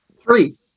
Three